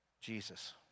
Jesus